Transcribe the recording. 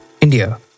India